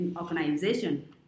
organization